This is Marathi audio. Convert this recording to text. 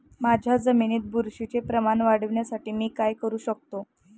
माझ्या जमिनीत बुरशीचे प्रमाण वाढवण्यासाठी मी काय करू शकतो?